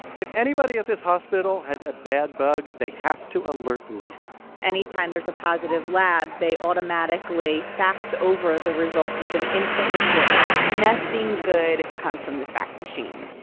if anybody at this hospital has a bad bug, they have to alert lisa any time there's a positive lab, they automatically fax over the result. it's an instant report nothing good comes from this fax machine.